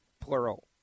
plural